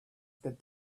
that